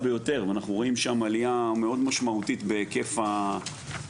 ביותר ואנחנו רואים שם עליה מאוד משמעותית בהיקף השמ"פ.